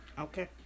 Okay